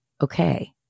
okay